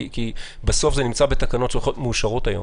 כי בסוף זה נמצא בתקנות שהולכות להיות מאושרות היום.